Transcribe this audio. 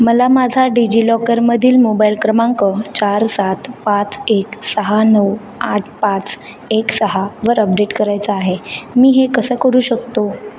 मला माझा डिजिलॉकरमधील मोबाईल क्रमांक चार सात पाच एक सहा नऊ आठ पाच एक सहावर अपडेट करायचं आहे मी हे कसं करू शकतो